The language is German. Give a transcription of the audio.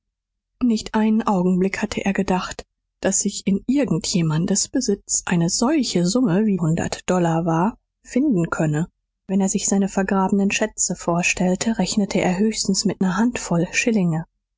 nicht einen augenblick hatte er gedacht daß sich in irgend jemandes besitz eine solche summe wie hundert dollar war finden könne wenn er sich seine vergrabenen schätze vorstellte rechnete er höchstens mit ner handvoll schillinge